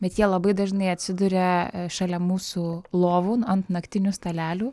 bet jie labai dažnai atsiduria šalia mūsų lovų ant naktinių stalelių